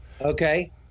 okay